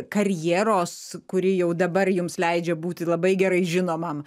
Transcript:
karjeros kuri jau dabar jums leidžia būti labai gerai žinomam